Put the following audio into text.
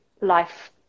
life